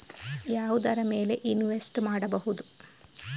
ಯಾವುದರ ಮೇಲೆ ಇನ್ವೆಸ್ಟ್ ಮಾಡಬಹುದು?